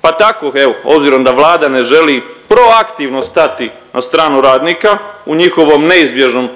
pa tako evo obzirom da Vlada ne želi proaktivno stati na stranu radnika, u njihovom neizbježnom